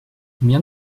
combien